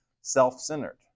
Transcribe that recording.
self-centered